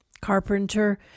Carpenter